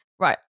Right